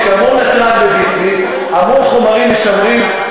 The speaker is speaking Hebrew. יש המון נתרן ב"ביסלי" והמון חומרים משמרים,